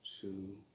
two